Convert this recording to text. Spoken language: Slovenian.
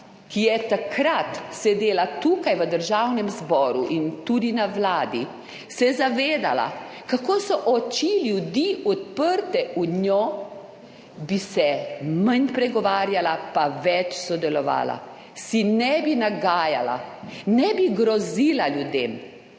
ki je takrat sedela tukaj v Državnem zboru in tudi na Vladi, zavedala, kako so oči ljudi uprte v njo, bi se manj pregovarjala pa bi več sodelovala, si ne bi nagajala, ne bi grozila ljudem.